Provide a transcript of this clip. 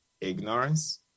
ignorance